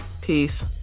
Peace